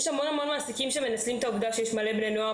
יש המון המון מעסיקים שמנצלים את העובדה שיש המון בני נוער,